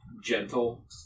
gentle